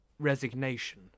resignation